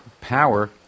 power